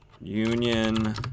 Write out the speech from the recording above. Union